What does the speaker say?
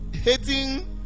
hating